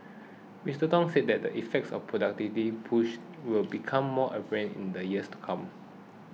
Mister Song said the effects of the productivity push will become more apparent in the years to come